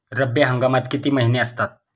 रब्बी हंगामात किती महिने असतात?